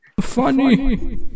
Funny